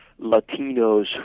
Latinos